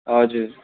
हजुर